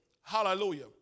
Hallelujah